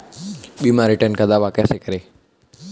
बीमा रिटर्न का दावा कैसे करें?